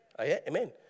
Amen